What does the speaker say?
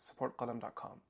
supportqalam.com